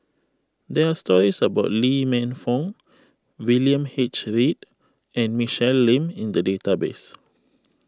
there are stories about Lee Man Fong William H Read and Michelle Lim in the database